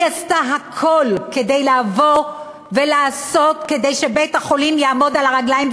עשתה הכול כדי לעבור ולעשות כדי שבית-החולים יעמוד על הרגליים,